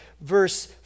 verse